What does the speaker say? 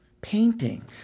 painting